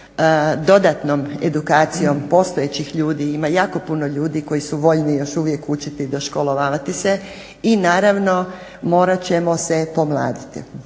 dodatnom edukacijom postojećih ljudi. Ima jako puno ljudi koji su voljni još uvijek učiti i doškolovati se i naravno morat ćemo se pomladiti.